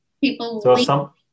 People